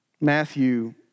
Matthew